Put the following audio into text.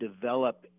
develop